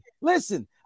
Listen